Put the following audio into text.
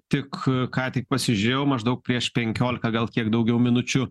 tik ką tik pasižiūrėjau maždaug prieš penkiolika gal kiek daugiau minučių